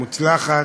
מוצלחת.